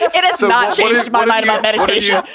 it's not changed my mind about meditation.